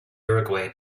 uruguay